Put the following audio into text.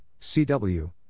CW